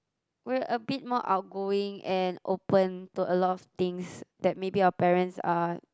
we're a bit more outgoing and open to a lot of things that maybe our parents are